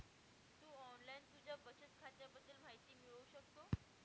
तू online तुझ्या बचत खात्याबद्दल माहिती मिळवू शकतो